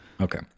Okay